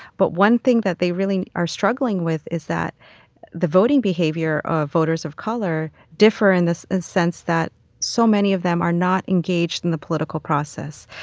but one thing that they really are struggling with is that the voting behavior of voters of color differ in the sense that so many of them are not engaged in the political process,